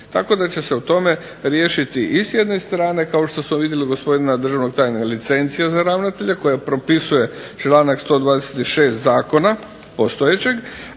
tako da će se o tome riješiti i s jedne strane kao što smo vidjeli gospodina državnog tajnika licencija za ravnatelja koju propisuje članak 126. zakona postojećeg,